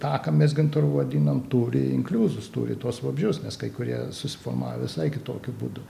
tą ką mes gintaru vadinam turi inkliuzus turi tuos vabzdžius nes kai kurie susiformavę visai kitokiu būdu